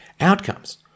outcomes